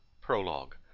Prologue